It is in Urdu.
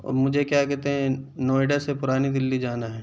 اور مجھے کیا کہتے ہیں نوئیڈا سے پرانی دلّی جانا ہے